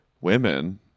women